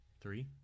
Three